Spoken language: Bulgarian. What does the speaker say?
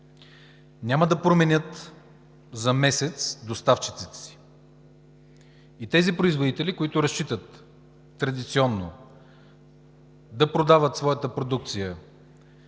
няма да променят за месец доставчиците си, и тези производители, които разчитат традиционно да продават своята продукция